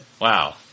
Wow